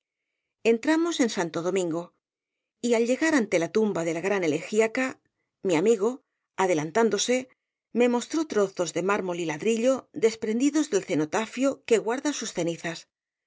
entramos en santo domingo y al llegar ante la tumba de la gran elegiaca mi amigo adelantándose me mostró trozos de mármol y ladrillo desprendidos del cenotafio que guarda sus cenizas